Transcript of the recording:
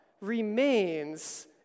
remains